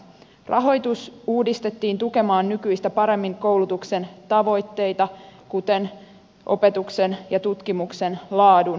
rahoitus uudistettiin tukemaan nykyistä paremmin koulutuksen tavoitteita kuten opetuksen ja tutkimuksen laadun parantamista